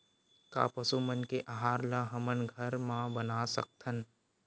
का पशु मन के आहार ला हमन घर मा बना सकथन?